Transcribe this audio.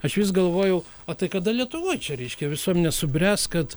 aš vis galvojau o tai kada lietuvoj čia reiškia visuomenė subręs kad